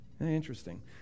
Interesting